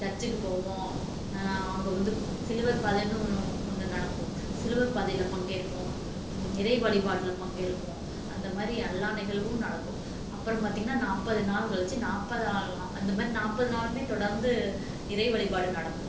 சர்ச்சுக்கு போவோம் அங்கே வந்து சிலுவை பாதன்னு ஒன்று ஒன்று நடக்கும் சிலுவை பாதையில் பங்கேற்போம் இறை வழிபாட்டில் பங்கேற்போம் அந்தமாதிரி எல்லா நிகழ்வும் நடக்கும் அப்புறோம் பார்த்திங்ன்னா நாற்பது நாள் கழித்து நாற்பதாவது அந்தமாதிரி நாற்பது நாளுமே தொடர்ந்து இறை வழிபாடு நடக்கும்